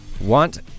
Want